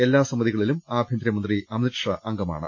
എല്ലാ സമിതികളിലും ആഭ്യന്തര മന്ത്രി അമിത് ഷാ അംഗമാണ്